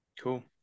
cool